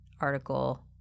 article